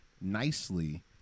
nicely